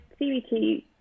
cbt